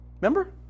Remember